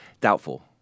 Doubtful